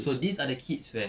so these are the kids where